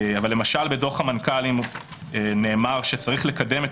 למשל בדוח המנכ"לים נאמר ש"צריך לקדם את